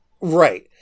Right